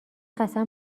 قسم